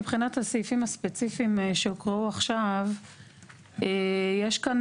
מבחינת הסעיפים הספציפיים שהוקראו עכשיו יש כאן